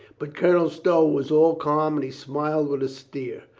but colonel stow was all calm and he smiled with a sneer.